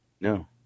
No